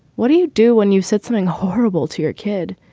what do you do when you said something horrible to your kid?